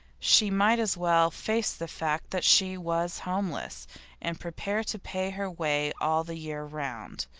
she might as well face the fact that she was homeless and prepare to pay her way all the year round.